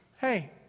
Hey